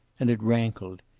and it rankled.